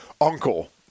uncle –